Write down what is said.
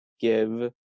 give